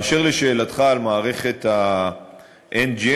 באשר לשאלתך על מערכת ה-NGN,